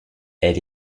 elle